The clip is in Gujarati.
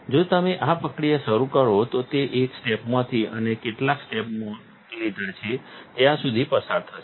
જો તમે આ પ્રક્રિયા શરૂ કરો તો તે એક સ્ટેપમાંથી અને તમે કેટલા સ્ટેપ્સ લીધાં છે ત્યા સુધી પસાર થશે